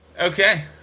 Okay